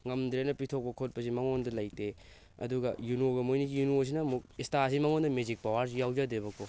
ꯉꯝꯗ꯭ꯔꯦꯅ ꯄꯤꯊꯣꯛ ꯈꯣꯠꯄꯁꯤ ꯃꯉꯣꯟꯗ ꯂꯩꯇꯦ ꯑꯗꯨꯒ ꯌꯨꯅꯣꯒ ꯃꯣꯏꯅꯤꯁꯤ ꯌꯨꯅꯣꯁꯤꯅ ꯑꯃꯨꯛ ꯑꯦꯁꯇꯥꯁꯤ ꯃꯉꯣꯟꯗ ꯃꯦꯖꯤꯛ ꯄꯋꯥꯔꯁꯤ ꯌꯥꯎꯖꯗꯦꯕꯀꯣ